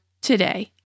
today